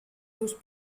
seus